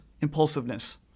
impulsiveness